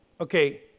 Okay